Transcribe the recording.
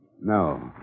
No